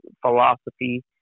philosophy